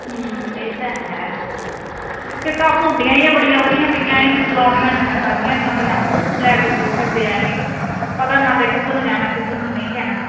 ਇਹ ਤਾਂ ਹੈ ਇਕ ਆਹ ਭੁੰਡੀਆਂ ਜਿਹੀਆਂ ਬੜੀਆਂ ਵਧੀਆਂ ਪਈਆਂ ਇਹਾਨਾਂ ਨੂੰ ਚਲਾਉਣੀਆਂ ਨਹੀਂ ਆਉਂਦੀਆਂ ਲੈ ਕੇ ਤੁਰੇ ਫਿਰਦੇ ਐਵੇਂ ਹੀ ਪਤਾ ਨੀ ਲੱਗਦਾ ਕਿੱਧਰ ਨੂੰ ਜਾਣਾ ਕਿੱਧਰ ਨੂੰ ਨਹੀਂ ਜਾਣਾ